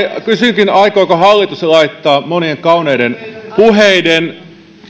kysynkin aikooko hallitus laittaa monien kauniiden puheiden